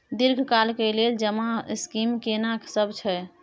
दीर्घ काल के लेल जमा स्कीम केना सब छै?